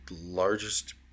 largest